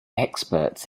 experts